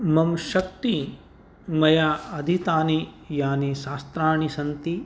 मम शक्तिः मया अधीतानि यानि शास्त्राणि सन्ति